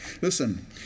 Listen